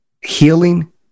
healing